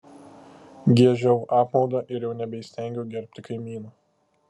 giežiau apmaudą ir jau nebeįstengiau gerbti kaimyno